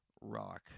rock